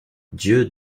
dieu